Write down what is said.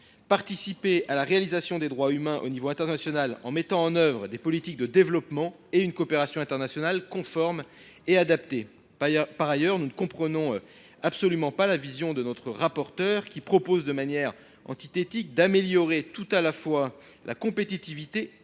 participer à la réalisation des droits humains à l’échelon international en mettant en œuvre des politiques de développement et une coopération internationale conformes et adaptées. Par ailleurs, nous ne comprenons absolument pas la vision de notre rapporteur, qui, de manière antithétique, propose d’améliorer tout à la fois la compétitivité